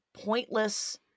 pointless